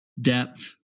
depth